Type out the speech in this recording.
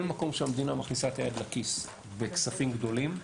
כל מקום שהמדינה מכניסה את היד לכיס בכספים גדולים,